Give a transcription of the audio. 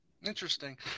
Interesting